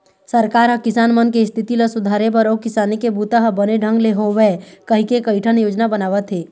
सरकार ह किसान मन के इस्थिति ल सुधारे बर अउ किसानी के बूता ह बने ढंग ले होवय कहिके कइठन योजना बनावत हे